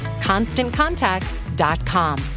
ConstantContact.com